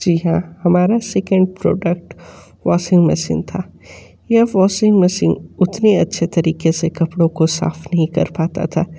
जी हाँ हमारा second product washing machine था यह वॉसिंग मसींग उतनी अच्छे तरीक़े से कपड़ों को साफ़ नहीं कर पाता था